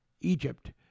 Egypt